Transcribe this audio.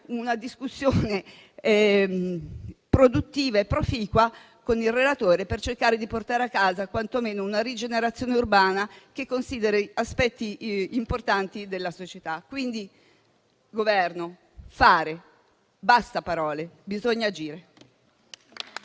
una discussione produttiva e proficua con il relatore, per cercare di portare a casa quantomeno una rigenerazione urbana che consideri aspetti importanti della società. Mi rivolgo quindi al Governo: occorre fare. Basta parole: bisogna agire.